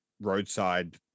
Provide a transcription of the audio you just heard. roadside